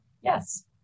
Yes